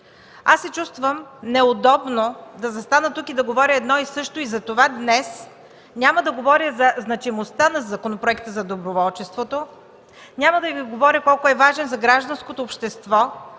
Аз се чувствам неудобно да застана тук и да говоря едно и също и затова днес няма да говоря за значимостта на Законопроекта за доброволчеството, няма да Ви говоря колко е важен за гражданското общество,